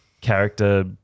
character